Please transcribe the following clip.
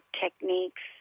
techniques